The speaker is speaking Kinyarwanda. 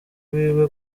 wiwe